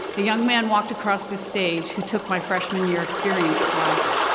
a young man walked across the stage who took my freshman year experience class.